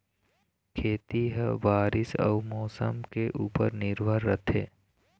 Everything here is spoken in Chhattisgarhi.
खेती ह बारीस अऊ मौसम के ऊपर निर्भर रथे